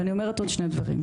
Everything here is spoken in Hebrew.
ואני אומרת עוד שני דברים,